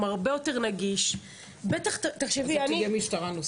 הוא הרבה יותר נגיש --- אז זו תהיה משטרה נוספת?